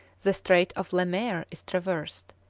the strait of le maire is traversed,